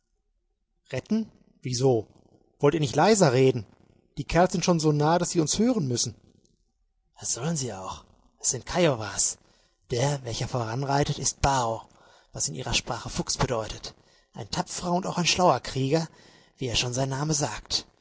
retten wieso wollt ihr nicht leiser reden die kerls sind schon so nahe daß sie uns hören müssen das sollen sie auch es sind kiowas der welcher voranreitet ist bao was in ihrer sprache fuchs bedeutet ein tapferer und auch schlauer krieger wie ja schon sein name sagt